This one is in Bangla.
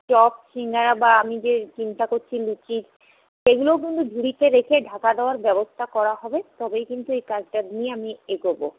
চপ সিঙাড়া বা আমি যে চিন্তা করছি লুচি সেগুলোও কিন্তু ঝুড়িতে রেখে ঢাকা দেওয়ার ব্যবস্থা করা হবে তবেই কিন্তু এই কাজটা নিয়ে আমি এগোব